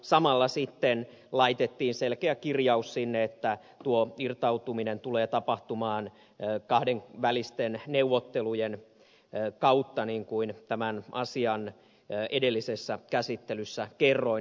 samalla sitten laitettiin sinne selkeä kirjaus siitä että tuo irtautuminen tulee tapahtumaan kahdenvälisten neuvottelujen kautta niin kuin tämän asian edellisessä käsittelyssä kerroin